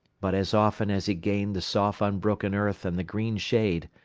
but as often as he gained the soft unbroken earth and the green shade,